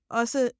også